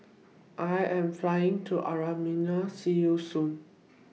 I Am Flying to Armenia See YOU Soon